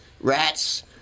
rats